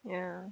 ya